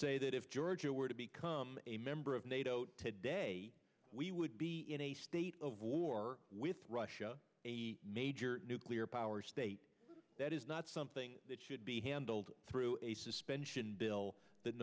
say that if georgia were to become a member of nato today we would be in a state of war with russia a major nuclear power state that is not something that should be handled through a suspension bill that